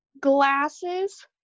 glasses